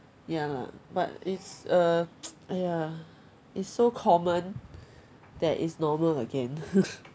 ya lah but it's a !aiya! it's so common that it's normal again